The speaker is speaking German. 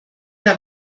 der